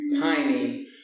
piney